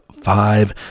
five